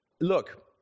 look